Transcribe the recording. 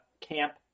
Camp